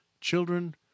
children